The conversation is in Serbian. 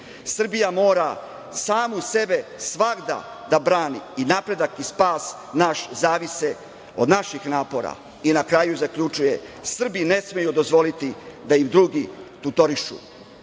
Srbija mora samu sebe svagda da brani. Napredak i spas naš zavise od naših napora. Na kraju zaključuje - Srbi ne smeju dozvoliti da ih drugi tutorišu. Gospodine